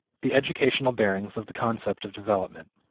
the educational bearings of the conception of development.